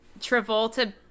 travolta